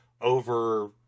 over